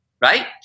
right